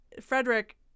Frederick